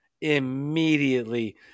immediately